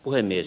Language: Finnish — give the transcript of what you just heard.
puhemies